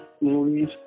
movies